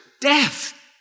Death